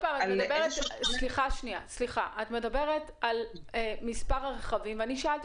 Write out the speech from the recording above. את מדברת על מספר הרכבים, אבל אני רוצה לדעת